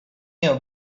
your